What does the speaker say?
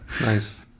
Nice